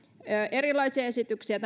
erilaisia esityksiä